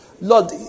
Lord